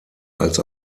als